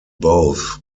both